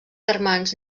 germans